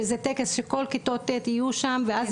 שזה טקס שכל כיתות ט' יהיו שם ואז